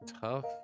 tough